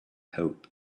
hope